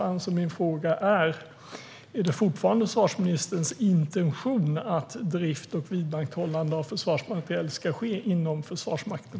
Min fråga är: Är det fortfarande försvarsministerns intention att drift och vidmakthållande av försvarsmateriel ska ske inom Försvarsmakten?